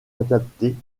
adaptée